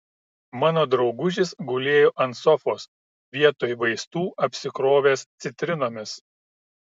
mano draugužis gulėjo ant sofos vietoj vaistų apsikrovęs citrinomis